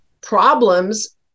problems